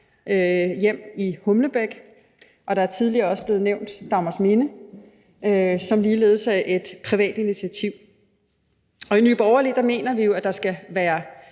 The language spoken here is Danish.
hjem i Humlebæk, og der er også tidligere blevet nævnt Dagmarsminde, som ligeledes er et privat initiativ. Og i Nye Borgerlige mener vi, at der skal være